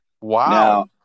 Wow